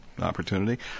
opportunity